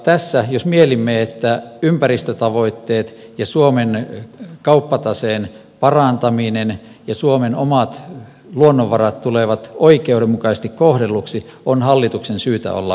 tässä jos mielimme että ympäristötavoitteet ja suomen kauppataseen parantaminen ja suomen omat luonnonvarat tulevat oikeudenmukaisesti kohdelluiksi on hallituksen syytä olla tarkkana